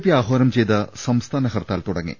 P ആഹാനം ചെയ്ത സംസ്ഥാന ഹർത്താൽ തുടങ്ങി